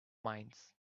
minds